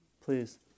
Please